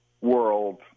world